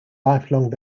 lifelong